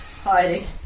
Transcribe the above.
hiding